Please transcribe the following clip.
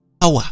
power